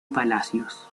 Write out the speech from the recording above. palacios